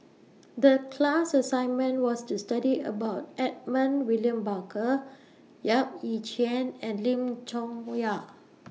The class assignment was to study about Edmund William Barker Yap Ee Chian and Lim Chong Yah